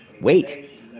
wait